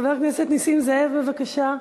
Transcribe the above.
חבר הכנסת נסים זאב, בבקשה.